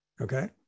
okay